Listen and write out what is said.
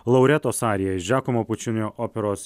lauretos arija iš džiakomo pučinio operos